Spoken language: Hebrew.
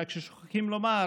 רק ששוכחים לומר